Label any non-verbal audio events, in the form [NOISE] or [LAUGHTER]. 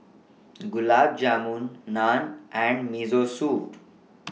[NOISE] Gulab Jamun Naan and Miso Soup